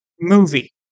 movie